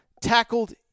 tackled